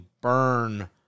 burn